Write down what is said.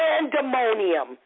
Pandemonium